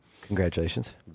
congratulations